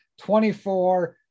24